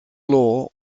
law